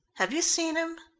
have you seen him?